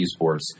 eSports